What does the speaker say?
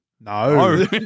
No